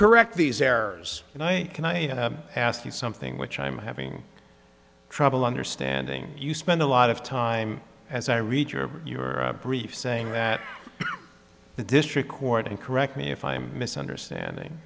correct these errors and i can i ask you something which i'm having trouble understanding you spent a lot of time as i read your brief saying that the district court and correct me if i'm misunderstanding